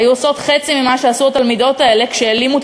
היו עושות חצי ממה שעשו התלמידות האלה כשהעלימו את